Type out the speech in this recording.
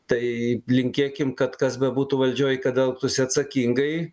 taip linkėkim kad kas bebūtų valdžioj kad elgtųsi atsakingai